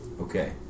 Okay